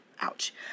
Ouch